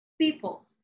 people